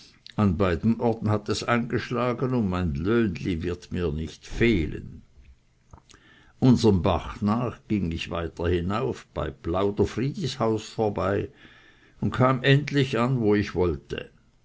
an beiden orten hat es eingeschlagen und mein löhnli wird mir nicht fehlen unserem bach nach ging ich weiter hinauf bei plauderfridis haus vorbei und kam endlich an wo ich wollte